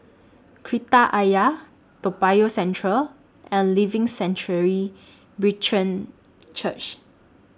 Kreta Ayer Toa Payoh Central and Living Sanctuary Brethren Church